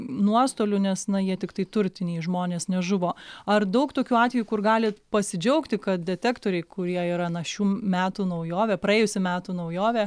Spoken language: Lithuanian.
nuostolių nes na jie tiktai turtiniai žmonės nežuvo ar daug tokių atvejų kur galit pasidžiaugti kad detektoriai kurie yra na šių metų naujovė praėjusių metų naujovė